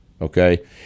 Okay